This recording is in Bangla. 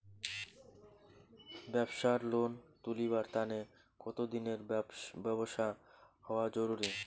ব্যাবসার লোন তুলিবার তানে কতদিনের ব্যবসা হওয়া জরুরি?